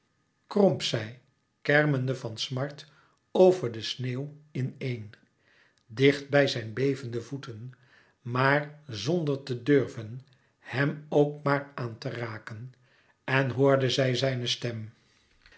kromp zij kermende van smart over de sneeuw in een dicht bij zijn bevende voeten maar zonder te durven hem ook maar aan te raken en hoorde zij zijne stem